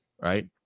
right